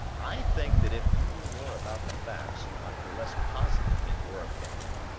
i think that if you knew more about the facts you might be less positive in your opinion,